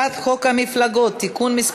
הצעת חוק שידורי טלוויזיה (כתוביות ושפת סימנים) (תיקון מס'